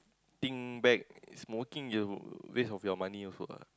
think back smoking just waste of your money also ah